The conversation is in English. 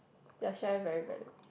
their share very valuable